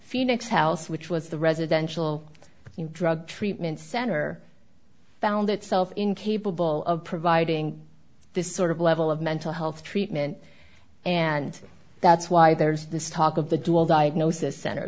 phoenix house which was the residential drug treatment center found itself incapable of providing this sort of level of mental health treatment and that's why there's this talk of the dual diagnosis center